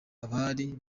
abari